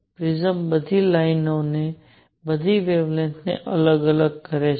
prism બધી લાઇનોને બધી વેવલેન્થ ને અલગ કરે છે